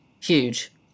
huge